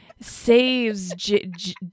saves